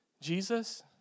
Jesus